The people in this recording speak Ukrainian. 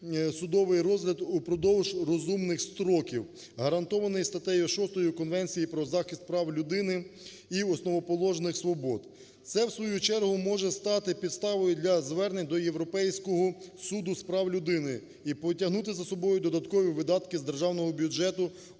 судовий розгляд впродовж розумних строків, гарантованих статтею 6 Конвенції про захист прав людини і основоположних свобод. Це в свою чергу може стати підставою для звернень до Європейського суду з прав людини і потягнути за собою видаткові видатки з державного бюджету